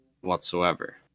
whatsoever